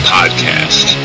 Podcast